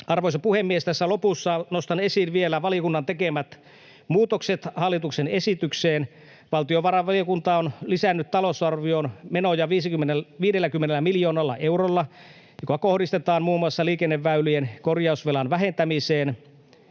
Arvoisa puhemies! Tässä lopussa nostan esiin vielä valiokunnan tekemät muutokset hallituksen esitykseen. Valtiovarainvaliokunta on lisännyt talousarvion menoja 50 miljoonalla eurolla, jotka kohdistetaan muun muassa liikenneväylien korjausvelan vähentämiseen,